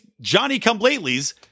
Johnny-come-latelys